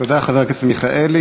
תודה, חבר הכנסת מיכאלי.